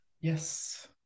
Yes